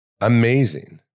amazing